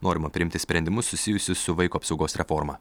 norima priimti sprendimus susijusius su vaiko apsaugos reforma